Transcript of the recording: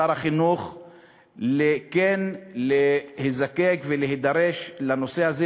משר החינוך כן להיזקק ולהידרש לנושא הזה